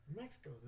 Mexico